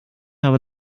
habe